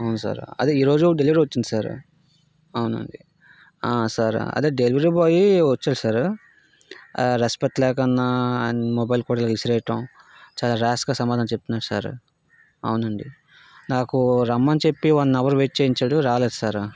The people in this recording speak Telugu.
అవును సార్ అదే ఈ రోజు డెలివరీ వచ్చింది సార్ అవునండి ఆ సార్ అదే డెలివరీ బాయ్ వచ్చాడు సార్ ఆ రెస్పెక్ట్ లేకుండా అండ్ మొబైల్ కూడా విసిరేయటం చాలా ర్యాష్గా సమాధానం చెప్తున్నాడు సార్ అవునండి నాకు రమ్మని చెప్పి వన్ హావర్ వెయిట్ చేయించాడు రాలేదు సార్